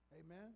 Amen